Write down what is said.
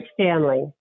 Stanley